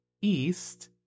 east